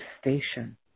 station